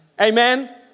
amen